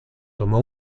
tomó